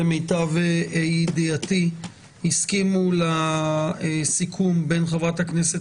למיטב ידיעתי הסכימו לסיכום בין חברת הכנסת